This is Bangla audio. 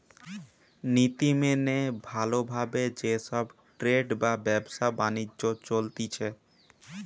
নীতি মেনে ভালো ভাবে যে সব ট্রেড বা ব্যবসা বাণিজ্য চলতিছে